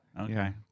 Okay